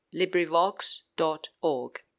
LibriVox.org